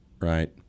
Right